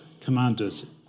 commanders